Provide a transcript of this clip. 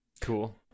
Cool